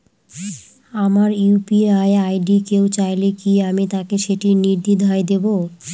আমার UPI ID কেউ চাইলে কি আমি তাকে সেটি নির্দ্বিধায় দেব?